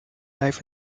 life